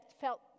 felt